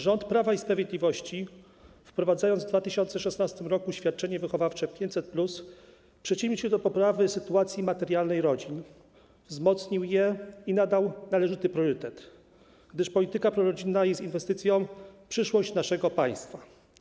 Rząd Prawa i Sprawiedliwości, wprowadzając w 2016 r. świadczenie wychowawcze 500+, przyczynił się do poprawy sytuacji materialnej rodzin, wzmocnił je i nadał należyty priorytet, gdyż polityka prorodzinna jest inwestycją w przyszłość naszego państwa.